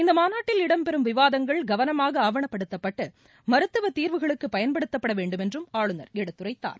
இந்த மாநாட்டில் இடம்பெறும் விவாதங்கள் கவனமாக ஆவணப்படுத்தப்பட்டு மருத்துவ தீர்வுகளுக்கு பயன்படுத்தப்பட வேண்டும் என்றும் ஆளுநர் எடுத்துரைத்தார்